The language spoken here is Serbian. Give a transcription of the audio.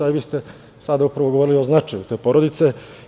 Vi ste sada upravo govorili o značaju te porodice.